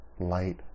light